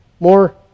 More